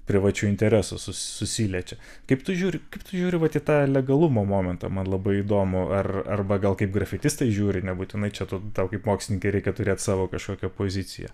privačiu interesu susiliečia kaip tu žiūri kaip tu žiūri vat į tą legalumo momentą man labai įdomu ar arba gal kaip grafitistai žiūri nebūtinai čia tu tau kaip mokslininkei reikia turėt savo kažkokią poziciją